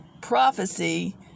prophecy